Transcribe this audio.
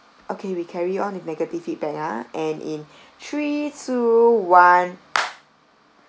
okay we carry on negative feedback ah and in three two one